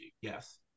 yes